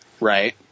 Right